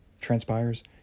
transpires